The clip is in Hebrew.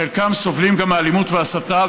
חלקם סובלים גם מאלימות ומהסתה,